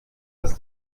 das